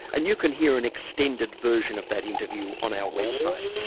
and you can hear an extended version of that interview on our website.